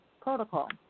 Protocol